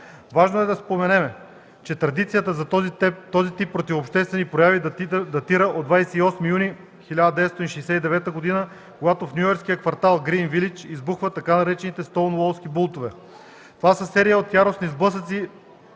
Важно е да споменем, че традицията за този тип противообществени прояви датира от 28 юни 1969 г., когато в нюйоркския квартал „Грийн Вилидж” избухват така наречените „Стоунуолски бунтове”. Това са серия от яростни сблъсъци